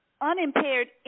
unimpaired